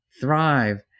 thrive